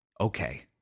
Okay